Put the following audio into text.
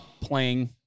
playing